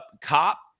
cop